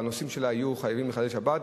והנוסעים יהיו חייבים לחלל שבת.